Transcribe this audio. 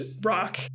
rock